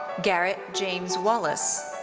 gerrett james wallace.